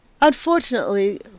unfortunately